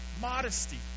Modesty